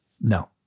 No